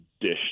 dish